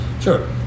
Sure